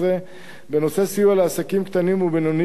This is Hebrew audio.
בנובמבר 2011 בנושא סיוע לעסקים קטנים ובינוניים,